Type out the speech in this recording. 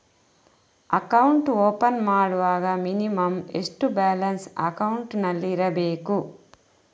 Account open ಮಾಡುವಾಗ minimum ಎಷ್ಟು balance ಅಕೌಂಟಿನಲ್ಲಿ ಇರಬೇಕು?